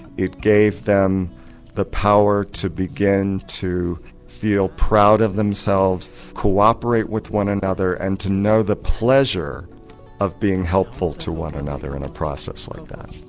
it gave them the power to begin to feel proud of themselves, cooperate with one another and to know the pleasure of being helpful to one another in a process like that.